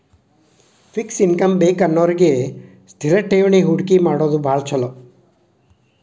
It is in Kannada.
ಫಿಕ್ಸ್ ಇನ್ಕಮ್ ಬೇಕನ್ನೋರಿಗಿ ಸ್ಥಿರ ಠೇವಣಿ ಹೂಡಕಿ ಮಾಡೋದ್ ಭಾಳ್ ಚೊಲೋ